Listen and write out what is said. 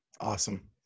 Awesome